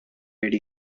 ready